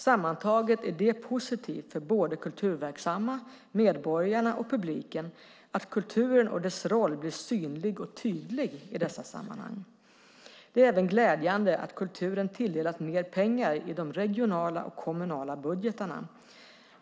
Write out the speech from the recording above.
Sammantaget är det positivt för både kulturverksamma, medborgarna och publiken att kulturen och dess roll blir synlig och tydlig i dessa sammanhang. Det är även glädjande att kulturen tilldelas mer pengar i de regionala och kommunala budgetarna.